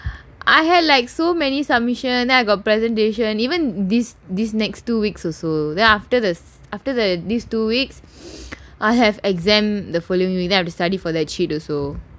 I had like so many submission then I got presentation even these these next two weeks also then after the after the these two weeks I have exam the following week then I have to study for the cheat also